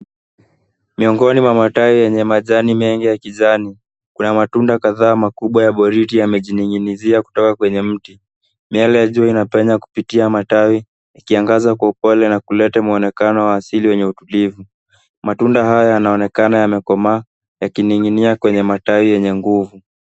Miongoni mwa matawi yenye majani mengi ya kijani, kuna matunda kadhaa makubwa ya boriti yamejining'iniza kutoka kwenye mti. Miale ya jua inapenya kupitia matawi ikiangaza kwa upole na kuleta mwonekano wa asili wenye utulivu. Matunda haya yanaonekana yamekomaa yakining'inia kwenye matawi yenye nguvu.